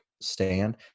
stand